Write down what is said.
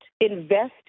invest